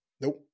Nope